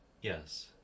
Yes